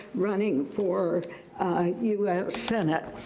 running for us senate.